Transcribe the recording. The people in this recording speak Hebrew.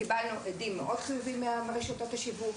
קיבלנו הדים חיוביים מרשתות השיווק.